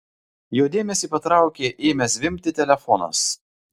jo dėmesį patraukė ėmęs zvimbti telefonas